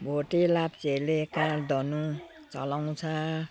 भोटे लाप्चेहरूले काडँ धनु चलाउँछ